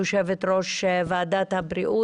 יושבת ראש ועדת הבריאות.